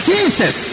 Jesus